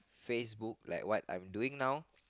Facebook like what I'm doing now